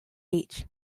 beach